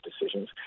decisions